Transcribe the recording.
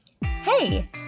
Hey